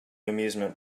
amusement